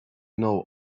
know